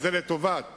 שזה לטובת